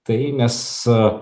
tai nes